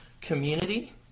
community